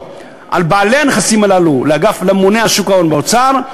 על בעלי הנכסים האלה לממונה על שוק ההון באוצר.